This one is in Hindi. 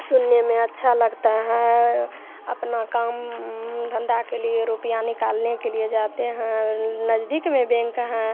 सुनने में अच्छा लगता है अपना काम धन्धा के लिए रुपया निकलने के लिए जाते हैं नजदीक में बैंक है